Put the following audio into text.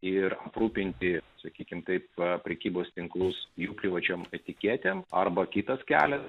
ir aprūpinti sakykime taip pat prekybos tinklus jų privačiam etiketė arba kitas kelias